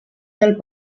del